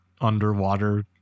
underwater